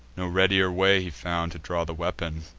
no readier way he found to draw the weapon,